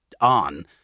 on